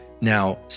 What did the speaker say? now